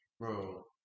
Bro